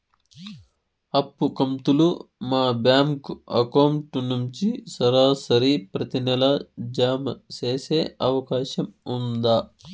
అప్పు కంతులు మా బ్యాంకు అకౌంట్ నుంచి సరాసరి ప్రతి నెల జామ సేసే అవకాశం ఉందా?